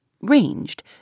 ranged